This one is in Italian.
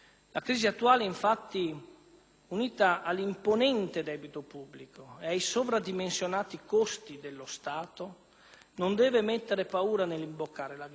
unita all'imponente debito pubblico e ai sovradimensionati costi dello Stato, non deve mettere paura nell'imboccare la via del cambiamento, anzi,